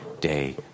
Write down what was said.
day